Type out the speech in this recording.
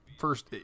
first